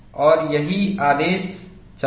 और यही आदेश चलाता है